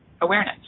awareness